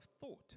thought